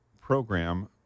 program